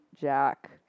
Jack